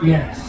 Yes